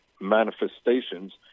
manifestations